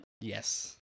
Yes